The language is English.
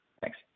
Thanks